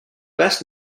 best